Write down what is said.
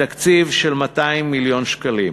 בתקציב של 200 מיליון שקלים.